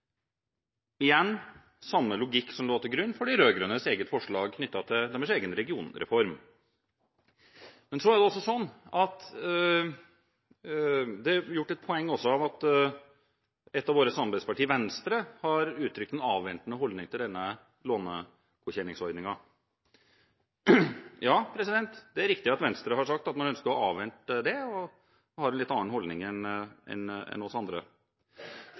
igjen – samme logikk som lå til grunn for de rød-grønnes eget forslag knyttet til deres egen regionreform. Så er det også gjort et poeng av at et av våre samarbeidspartier, Venstre, har uttrykt en avventende holdning til denne lånegodkjenningsordningen. Ja, det er riktig at Venstre har sagt at de ønsker å avvente dette, og at de har en litt annen holdning enn oss andre.